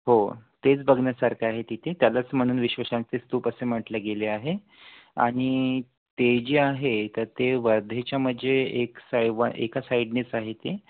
हो तेच बघण्यासारखं आहे तिथे त्यालाच म्हणून विश्वशांती स्तूप असे म्हटले गेले आहे आणि ते जे आहे तर ते वर्धेच्या म्हणजे एक साय व एका साईडनेच आहे ते